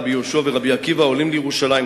רבי יהושע ורבי עקיבא עולים לירושלים.